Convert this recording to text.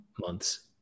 months